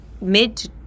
mid